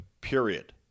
Period